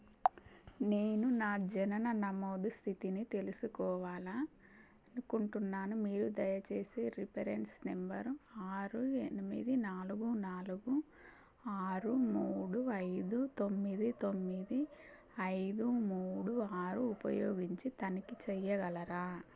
నేను నా జనన నమోదు స్థితిని తెలుసుకోవాలి అనుకుంటున్నాను మీరు దయచేసి రిఫరెన్స్ నెంబరు ఆరు ఎనిమిది నాలుగు నాలుగు ఆరు మూడు ఐదు తొమ్మిది తొమ్మిది ఐదు మూడు ఆరు ఉపయోగించి తనిఖీ చెయ్యగలరా